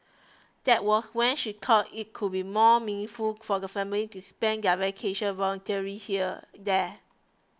that was when she thought it would be more meaningful for the family to spend their vacation volunteering here there